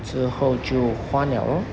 之后就换 liao lor